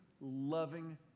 loving